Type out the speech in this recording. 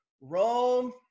Rome